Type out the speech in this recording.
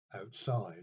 Outside